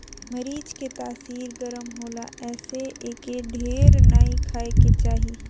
मरीच के तासीर गरम होला एसे एके ढेर नाइ खाए के चाही